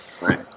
Right